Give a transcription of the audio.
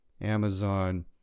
Amazon